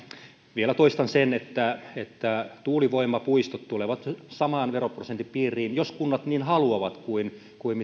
vielä toistan sen että että tuulivoimapuistot tulevat saman veroprosentin piiriin jos kunnat niin haluavat kuin kuin